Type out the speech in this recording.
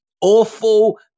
awful